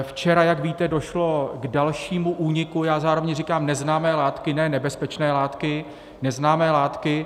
Včera, jak víte, došlo k dalšímu úniku, já zároveň říkám neznámé látky ne nebezpečné látky, neznámé látky.